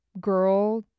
girl